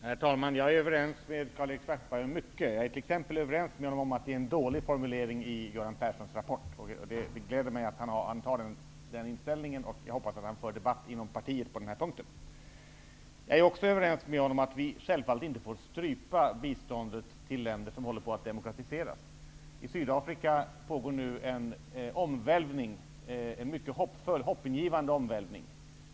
Herr talman! Jag är överens med Karl-Erik Svartberg om mycket. Jag är t.ex. överens med honom att det är en dålig fomulering i Göran Perssons rapport. Det gläder mig att Karl-Erik Svartberg har den inställningen. Jag hoppas att han för en debatt inom sitt parti på den punkten. Jag är också överens med Karl-Erik Svartberg att vi självfallet inte får strypa biståndet till länder som håller på att demokratiseras. I Sydafrika pågår en hoppingivande omvälvning.